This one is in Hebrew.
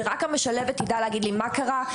ורק המשלבת תדע להגיד לי מה קרה,